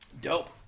Dope